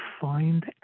find